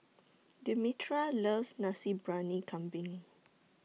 Demetria loves Nasi Briyani Kambing